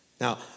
Now